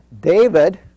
David